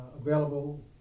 available